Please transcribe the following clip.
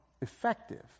effective